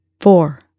four